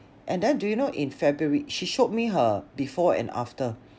and then do you know in february she showed me her before and after